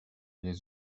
les